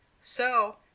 So